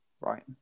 right